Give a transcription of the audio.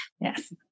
Yes